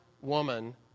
woman